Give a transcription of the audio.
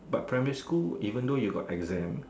but primary school even though you got exam